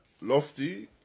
lofty